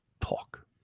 talk